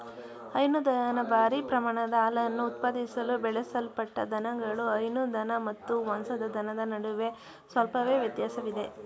ಹೈನುದನ ಭಾರೀ ಪ್ರಮಾಣದ ಹಾಲನ್ನು ಉತ್ಪಾದಿಸಲು ಬೆಳೆಸಲ್ಪಟ್ಟ ದನಗಳು ಹೈನು ದನ ಮತ್ತು ಮಾಂಸದ ದನದ ನಡುವೆ ಸ್ವಲ್ಪವೇ ವ್ಯತ್ಯಾಸವಿದೆ